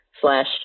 slash